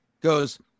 goes